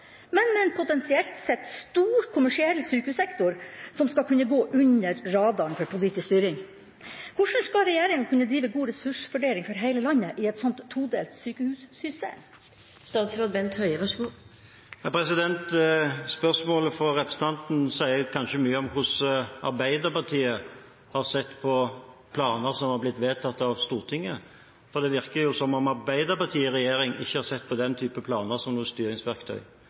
men med en potensielt sett stor kommersiell sykehussektor som skal kunne gå under radaren for politisk styring. Hvordan skal regjeringa kunne drive god ressursfordeling for hele landet i et slikt todelt sykehussystem? Spørsmålet fra representanten sier kanskje mye om hvordan Arbeiderpartiet har sett på planer som har blitt vedtatt av Stortinget, for det virker som om Arbeiderpartiet i regjering ikke har sett på den type planer som noe styringsverktøy.